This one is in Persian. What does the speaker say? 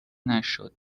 نشد